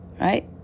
right